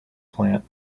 plant